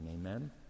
Amen